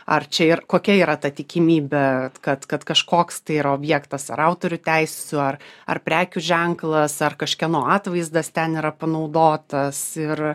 ar čia ir kokia yra ta tikimybė kad kad kažkoks tai yra objektas ar autorių teisių ar ar prekių ženklas ar kažkieno atvaizdas ten yra panaudotas ir